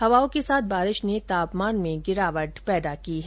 हवाओं के साथ बारिश ने तापमान में गिरावट पैदा की है